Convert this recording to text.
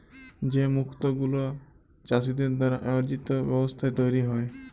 যে মুক্ত গুলা চাষীদের দ্বারা আয়জিত ব্যবস্থায় তৈরী হ্যয়